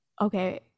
okay